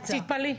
את תתפלאי.